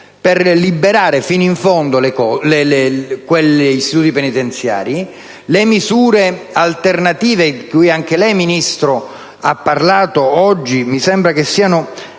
per liberare fino in fondo gli istituti penitenziari. Le misure alternative, di cui anche il Ministro ha parlato oggi, mi sembra siano